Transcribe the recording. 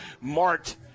Mart